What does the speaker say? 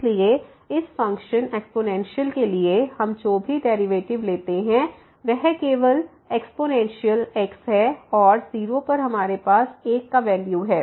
इसलिए इस function exponential के लिए हम जो भी डेरिवेटिव लेते हैं वह केवल एक्स्पोनेंशियल x है और 0 पर हमारे पास 1 का वैल्यू है